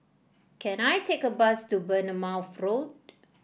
can I take a bus to Bournemouth Road